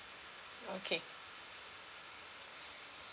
okay